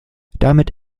damit